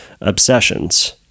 obsessions